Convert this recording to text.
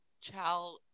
child